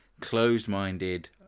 closed-minded